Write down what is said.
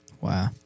Wow